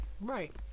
right